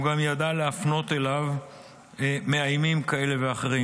הוא גם ידע להפנות אליו מאיימים כאלה ואחרים.